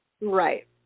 right